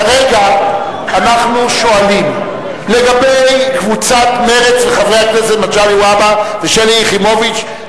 כרגע אנחנו שואלים לגבי קבוצת מרצ וחברי הכנסת מגלי והבה ושלי יחימוביץ,